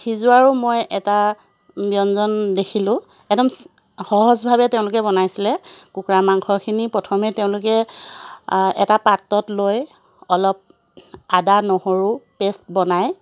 সিজোৱাৰো মই এটা ব্যঞ্জন দেখিলোঁ একদম সহজভাৱে তেওঁলোকে বনাইছিলে কুকুৰা মাংসখিনি প্ৰথমে তেওঁলোকে এটা পাত্ৰত লৈ অলপ আদা নহৰু পেষ্ট বনাই